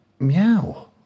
Meow